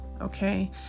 Okay